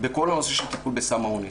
בכל הנושא של טיפול בסם האונס.